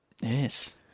Yes